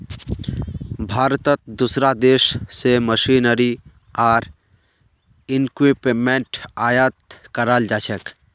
भारतत दूसरा देश स मशीनरी आर इक्विपमेंट आयात कराल जा छेक